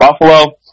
Buffalo